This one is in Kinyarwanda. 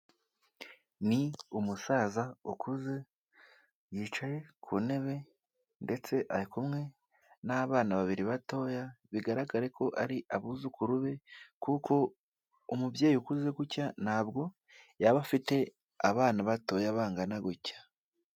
Ni umusaza ukuze yicaye ku ntebe ndetse ari kumwe n'abana babiri batoya, bigaragare ko ari abuzukuru be kuko umubyeyi ukuze gutya ntabwo yaba afite abana batoya bangana gutya.